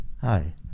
Hi